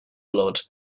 blood